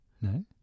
No